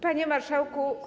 Panie Marszałku!